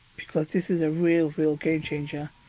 because this is a real, real game-changer,